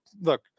look